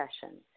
sessions